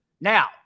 Now